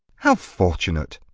how fortunate!